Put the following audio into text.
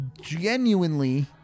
Genuinely